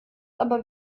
aber